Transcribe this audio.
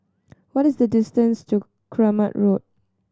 what is the distance to Keramat Road